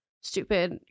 stupid